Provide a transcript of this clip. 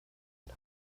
und